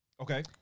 Okay